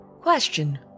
Question